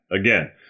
Again